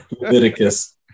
Leviticus